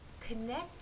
connect